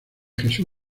jesús